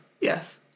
Yes